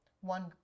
one